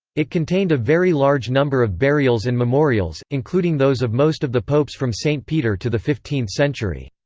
it contained a very large number of burials and memorials, including those of most of the popes from st. peter to the fifteenth century.